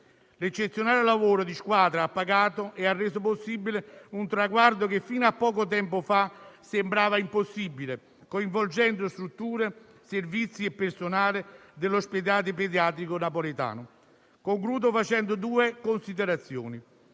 L'eccezionale lavoro di squadra ha pagato e ha reso possibile un traguardo che, fino a poco tempo fa, sembrava impossibile, coinvolgendo strutture, servizi e personale dell'ospedale pediatrico napoletano. Concludo facendo due considerazioni: